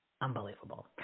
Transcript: Unbelievable